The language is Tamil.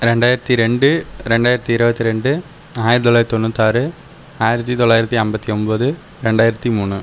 ரெண்டாயிரத்து ரெண்டு ரெண்டாயிரத்து இருபத்தி ரெண்டு ஆயிரத்து தொள்ளாயிரத்து தொண்ணூற்றி ஆறு ஆயிரத்து தொள்ளாயிரத்து ஐம்பத்து ஒன்பது ரெண்டாயிரத்து மூணு